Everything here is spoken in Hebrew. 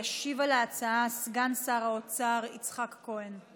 ישיב על ההצעה סגן שר האוצר יצחק כהן.